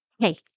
Hey